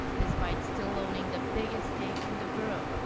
despite still owning the biggest stake in the group.